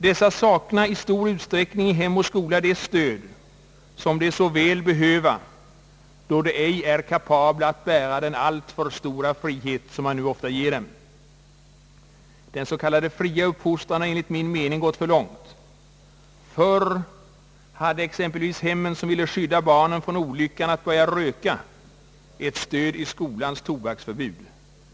Dessa saknar i stor utsträckning i hem och skola det stöd de så väl behöver, då de ej är kapabla att bära den alltför stora frihet som man nu ofta ger dem. Den så kallade fria uppfostran har enligt min mening gått för långt. Förr hade exempelvis hemmen som ville skydda barnen från olyckan att börja röka ett stöd i skolans tobaksförbud.